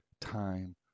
time